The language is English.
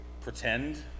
pretend